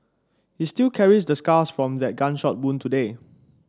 he still carries the scars from that gunshot wound today